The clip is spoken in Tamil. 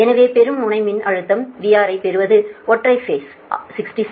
எனவே பெரும் முனை மின்னழுத்தம் VR ஐப் பெறுவது ஒற்றை பேஸ் 663 38